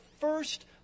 first